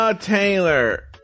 taylor